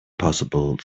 possible